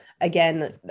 again